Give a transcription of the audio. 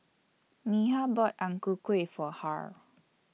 Neha bought Ang Ku Kueh For Harl